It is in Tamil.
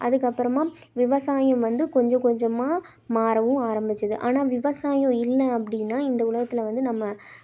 அதுக்கப்புறமா விவசாயம் வந்து கொஞ்சம் கொஞ்சமாக மாறவும் ஆரம்பித்தது ஆனால் விவசாயம் இல்லை அப்படினா இந்த உலகத்தில் வந்து நம்ம